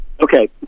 Okay